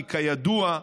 כי כידוע,